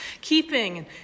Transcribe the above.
Keeping